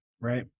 right